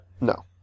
No